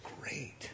great